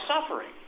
suffering